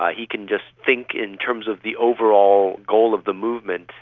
ah he can just think in terms of the overall goal of the movement.